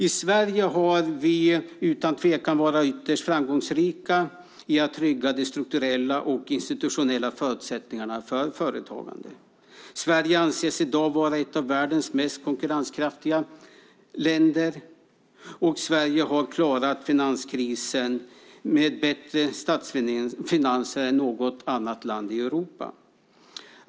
I Sverige har vi utan tvekan varit ytterst framgångsrika i att trygga de strukturella och institutionella förutsättningarna för företagande. Sverige anses i dag vara ett av världens mest konkurrenskraftiga länder, och Sverige har klarat finanskrisen med bättre statsfinanser än något annat land i Europa.